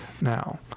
now